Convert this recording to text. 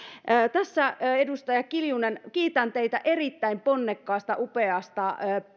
edustaja kiljunen kiitän teitä erittäin ponnekkaasta upeasta